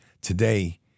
Today